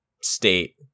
State